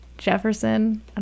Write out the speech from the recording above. jefferson